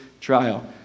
trial